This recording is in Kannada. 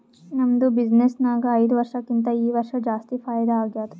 ನಮ್ದು ಬಿಸಿನ್ನೆಸ್ ನಾಗ್ ಐಯ್ದ ವರ್ಷಕ್ಕಿಂತಾ ಈ ವರ್ಷ ಜಾಸ್ತಿ ಫೈದಾ ಆಗ್ಯಾದ್